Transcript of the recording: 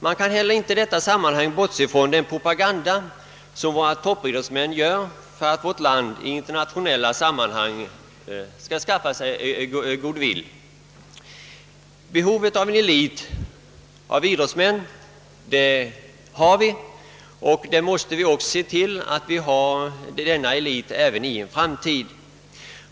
Man kan i detta sammanhang inte bortse från den propa ganda som våra toppidrottsmän gör för vårt lands good will i internationella sammanhang. Vi behöver elitidrottsmännen, och vi måste se till att vi får sådana även i framtiden.